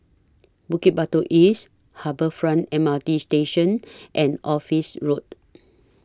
Bukit Batok East Harbour Front M R T Station and Office Road